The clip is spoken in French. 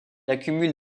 accumule